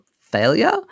failure